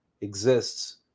exists